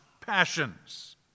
passions